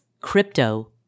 crypto